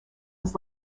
was